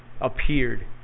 appeared